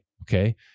Okay